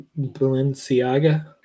Balenciaga